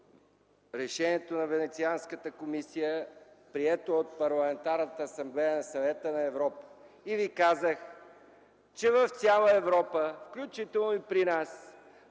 решението на Венецианската комисия, прието от Парламентарната асамблея на Съвета на Европа. Казах Ви, че в цяла Европа, включително и при нас,